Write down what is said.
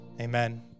amen